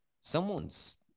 someone's